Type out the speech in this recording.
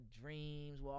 Dreams